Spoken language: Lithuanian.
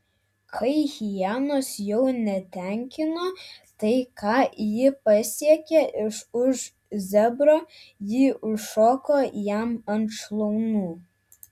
kai hienos jau netenkino tai ką ji pasiekia iš už zebro ji užšoko jam ant šlaunų